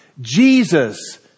Jesus